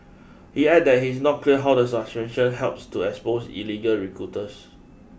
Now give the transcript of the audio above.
he added that it is not clear how the suspension helps to expose illegal recruiters